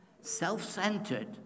self-centered